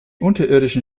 unterirdischen